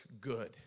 good